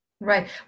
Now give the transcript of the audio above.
Right